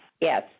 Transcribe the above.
Yes